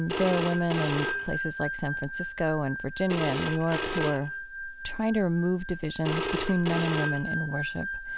and there are women in places like san francisco and virginia and new york who are trying to remove divisions between men and women in worship.